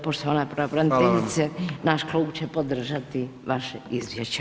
Poštovana pravobraniteljice naš klub će podržati vaše izvješće.